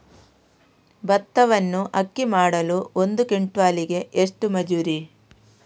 ಭತ್ತವನ್ನು ಅಕ್ಕಿ ಮಾಡಲು ಒಂದು ಕ್ವಿಂಟಾಲಿಗೆ ಎಷ್ಟು ಮಜೂರಿ?